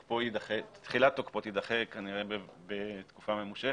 ותחילת תוקפו תידחה כנראה בתקופה ממושכ,